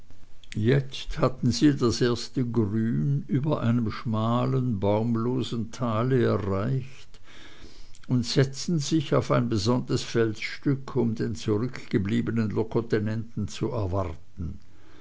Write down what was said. jetzt hatten sie das erste grün über einem schmalen baumlosen tale erreicht und setzten sich auf ein besonntes felsstück um den zurückgebliebenen locotenenten zu erwarten